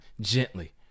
gently